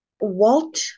Walt